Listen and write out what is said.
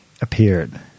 appeared